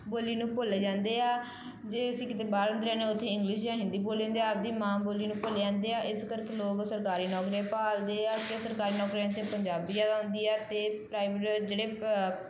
ਬੋਲੀ ਨੂੰ ਭੁੱਲ ਜਾਂਦੇ ਆ ਜੇ ਅਸੀਂ ਕਿਤੇ ਬਾਹਰ ਰਹਿੰਦੇ ਉੱਥੇ ਇੰਗਲਿਸ਼ ਜਾਂ ਹਿੰਦੀ ਬੋਲੀ ਜਾਂਦੀ ਆ ਆਪਣੀ ਮਾਂ ਬੋਲੀ ਨੂੰ ਭੁੱਲ ਜਾਂਦੇ ਆ ਇਸ ਕਰਕੇ ਲੋਕ ਸਰਕਾਰੀ ਨੌਕਰੀਆਂ ਭਾਲਦੇ ਆ ਅਤੇ ਸਰਕਾਰੀ ਨੌਕਰੀਆਂ 'ਚ ਪੰਜਾਬੀ ਜ਼ਿਆਦਾ ਆਉਂਦੀ ਆ ਅਤੇ ਪ੍ਰਾਈਵੇਟ ਜਿਹੜੇ ਪ